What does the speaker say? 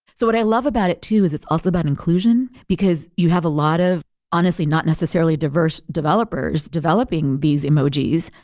so what i love about it too is it's also about inclusion, because you have a lot of honestly, not necessarily diverse developers developing these emojis.